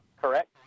correct